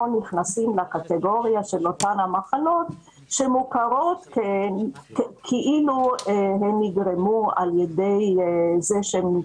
נכנסים לקטגוריה של אותן המחלות שמוכרות כאילו הן נגרמו בשל השואה.